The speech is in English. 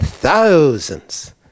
thousands